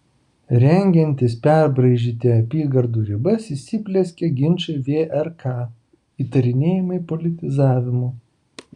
rengiantis perbraižyti apygardų ribas įsiplieskė ginčai vrk įtarinėjimai politizavimu